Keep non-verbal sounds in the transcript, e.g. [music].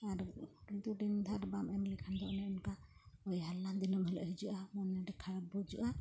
ᱟᱨ [unintelligible] ᱨᱤᱱ ᱫᱷᱟᱨ ᱵᱟᱢ ᱮᱢᱞᱮᱠᱷᱟᱱ ᱫᱚ ᱚᱱᱮ ᱚᱱᱠᱟ ᱦᱳᱭ ᱦᱟᱞᱞᱟ ᱫᱤᱱᱟᱹᱢ ᱫᱤᱱ ᱦᱤᱞᱳᱜ ᱮ ᱦᱤᱡᱩᱜᱼᱟ ᱢᱚᱱᱮ ᱨᱮ ᱠᱷᱟᱨᱟᱯ ᱵᱩᱡᱟᱹᱜᱼᱟ